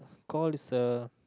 called this a